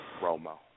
Romo